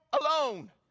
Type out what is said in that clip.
alone